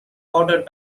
ordered